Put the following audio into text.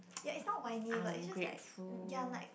ya is not whiny but is just like ya like